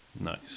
Nice